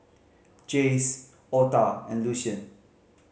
Jase Otha and Lucien